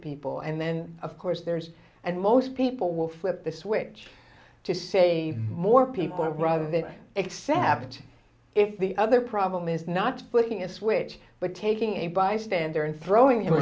people and then of course there's and most people will flip the switch to save more people rather than except if the other problem is not flicking a switch but taking a bystander and throwing him